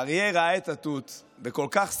האריה ראה את התות וכל כך שמח,